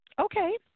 Okay